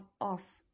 off